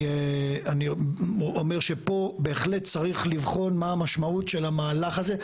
אני אומר שפה בהחלט צריך לבחון מה המשמעות של המהלך הזה.